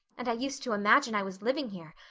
and i used to imagine i was living here,